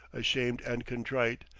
ashamed and contrite,